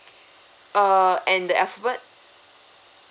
uh and the alphabet